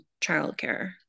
childcare